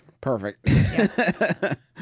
Perfect